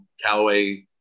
Callaway